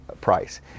price